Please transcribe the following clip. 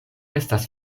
estas